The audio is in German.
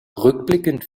rückblickend